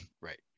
Right